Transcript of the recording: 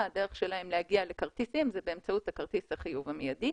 הדרך שלהם להגיע לכרטיסים היא באמצעות כרטיס החיוב המיידי.